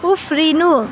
उफ्रिनु